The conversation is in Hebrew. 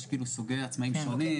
יש סוגי עצמאים שונים.